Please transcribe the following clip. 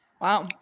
wow